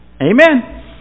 Amen